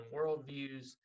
worldviews